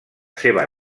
seva